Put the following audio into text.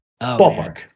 Ballpark